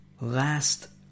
Last